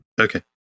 Okay